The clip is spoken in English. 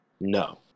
No